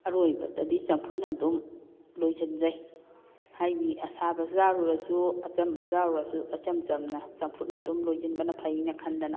ꯑꯔꯣꯏꯕꯗꯗꯤ ꯆꯝꯐꯨꯠꯅ ꯑꯗꯨꯝ ꯂꯣꯏꯁꯤꯟꯖꯩ ꯍꯥꯏꯗꯤ ꯑꯁꯥꯕ ꯆꯥꯔꯨꯔꯁꯨ ꯑꯆꯝꯕ ꯆꯥꯔꯨꯔꯁꯨ ꯏꯆꯝ ꯆꯝꯅ ꯆꯝꯐꯨꯠꯅ ꯑꯗꯨꯝ ꯂꯣꯏꯁꯤꯟꯕꯅ ꯐꯩꯅ ꯈꯟꯗꯅ